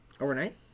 Overnight